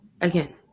again